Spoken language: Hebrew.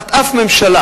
תחת אף ממשלה